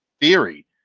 theory